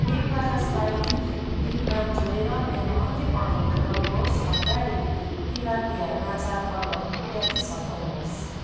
एक बाकस Biotique lip balm जोडेर मेरो अन्तिम अर्डर दोराउनुहोस् र गाडेर तिलापिया माछा बर्गर प्याटिस् हटाउनुहोस्